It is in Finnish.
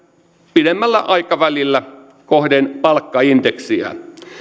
pidemmällä aikavälillä kohden palkkaindeksiä